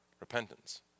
repentance